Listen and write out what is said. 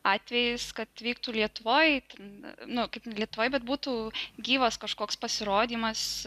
atvejis kad vyktų lietuvoje nu kaip lietuvoje bet būtų gyvas kažkoks pasirodymas